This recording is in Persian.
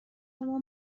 شما